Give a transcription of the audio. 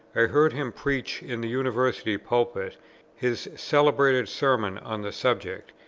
i heard him preach in the university pulpit his celebrated sermon on the subject,